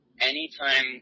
Anytime